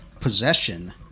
possession